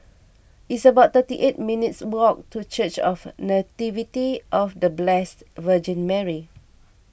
it's about thirty eight minutes' walk to Church of the Nativity of the Blessed Virgin Mary